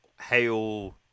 hail